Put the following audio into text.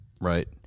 right